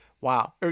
wow